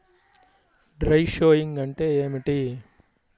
Dry sowing అంటే ఏమిటి?